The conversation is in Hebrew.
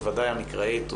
בוודאי המקראית,